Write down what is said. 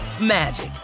magic